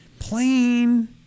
plain